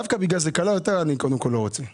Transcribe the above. דווקא בגלל שהיא קלה יותר אני קודם כל לא רוצה אותה.